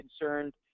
concerned